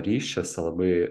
ryšiuose labai